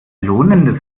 lohnendes